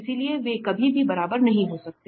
इसलिए वे कभी भी बराबर नहीं हो सकते